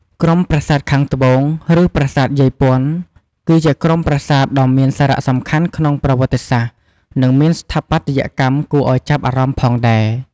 ក្រុមប្រាសាទខាងត្បូង ឬប្រាសាទយាយពន្ធ គឺជាក្រុមប្រាសាទដ៏មានសារៈសំខាន់ក្នុងប្រវត្តិសាស្ត្រនិងមានស្ថាបត្យកម្មគួរឲ្យចាប់អារម្មណ៍ផងដែរ។